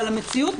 אבל המציאות,